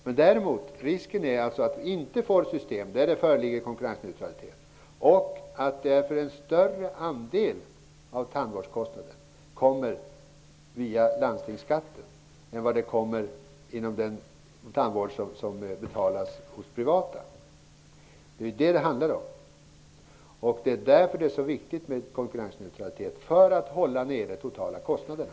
Men risken är alltså att vi får ett system utan konkurrensneutralitet och att en större del av tandvårdskostnaden därför kommer att betalas via landstingsskatten. Det är vad det handlar om. Konkurrensneutralitet är viktigt för att vi skall kunna hålla nere de totala kostnaderna.